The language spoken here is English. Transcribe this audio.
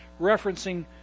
referencing